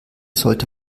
sollte